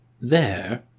There